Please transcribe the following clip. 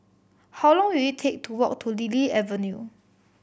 how long will it take to walk to Lily Avenue